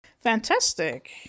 Fantastic